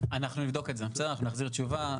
אנחנו נבדוק את זה, בסדר, אנחנו נחזיר תשובה.